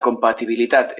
compatibilitat